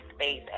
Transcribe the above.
space